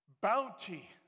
Bounty